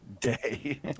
day